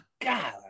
god